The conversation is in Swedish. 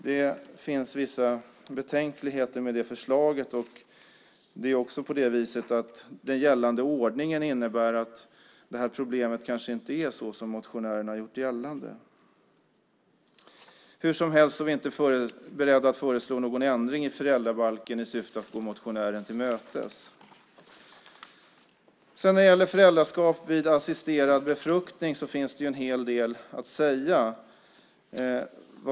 Det finns betänkligheter med det förslaget. Enligt den gällande ordningen är problemet kanske inte riktigt så som motionärerna har gjort gällande. Hur som helst är vi inte beredda att föreslå någon ändring i föräldrabalken i syfte att gå motionärerna till mötes. När det gäller föräldraskap vid assisterad befruktning finns en hel del att säga.